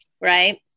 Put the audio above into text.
Right